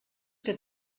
que